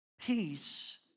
Peace